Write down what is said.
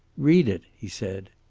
read it, he said.